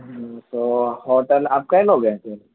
ہوں تو ہوٹل آپ کئے لوگ ہیں پھر